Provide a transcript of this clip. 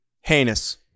Heinous